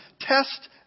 test